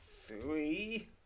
three